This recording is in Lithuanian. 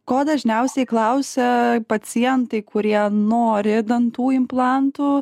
ko dažniausiai klausia pacientai kurie nori dantų implantų